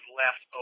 left